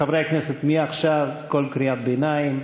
חברי הכנסת, מעכשיו כל קריאת ביניים,